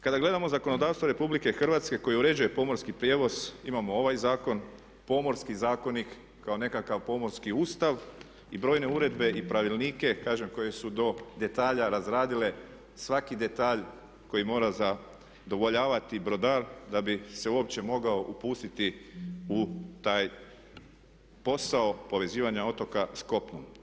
Kada gledamo zakonodavstvo RH koje uređuje pomorski prijevoz imamo ovaj zakon, Pomorski zakonik kao nekakav pomorski ustav i brojne uredbe i pravilnike koji su do detalja razradile svaki detalj koji mora zadovoljavati brodar da bi se uopće mogao upustiti u taj posao povezivanja otoka s kopnom.